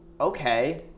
okay